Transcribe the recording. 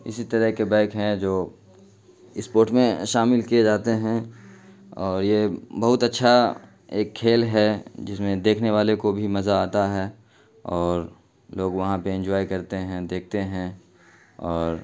اسی طرح کے بائک ہیں جو اسپوٹ میں شامل کیے جاتے ہیں اور یہ بہت اچھا ایک کھیل ہے جس میں دیکھنے والے کو بھی مزہ آتا ہے اور لوگ وہاں پہ انجوائے کرتے ہیں دیکھتے ہیں اور